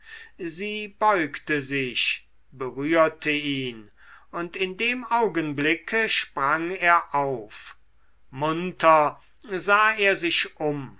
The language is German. sie beugte sich berührte ihn und in dem augenblicke sprang er auf munter sah er sich um